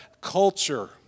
culture